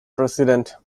president